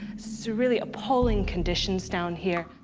so really appalling conditions down here.